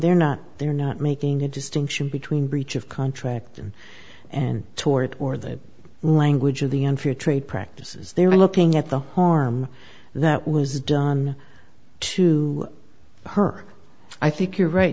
they're not they're not making a distinction between breach of contract and tort or the language of the unfair trade practices they're looking at the harm that was done to her i think you're right